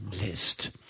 list